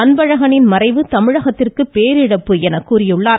அன்பழகனின் மறைவு தமிழகத்திற்கு பேரிழப்பு எனக் கூறியுள்ளார்